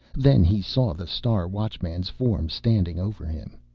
then he saw the star watchman's form standing over him.